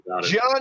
John